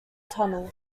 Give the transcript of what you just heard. tunnel